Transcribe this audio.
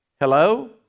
Hello